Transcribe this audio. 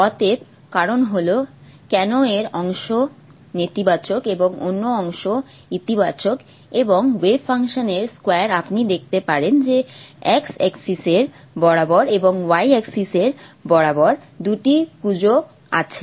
অতএব কারণ হল কেন এর অংশ নেতিবাচক এবং অন্য অংশ ইতিবাচক এবং ওয়েভ ফাংশন এর স্কয়ার আপনি দেখতে পারেন যে x এক্সিস এর বরাবর এবং y এক্সিস এর বরাবর দুটি কুঁজ আছে